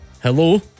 Hello